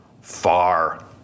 far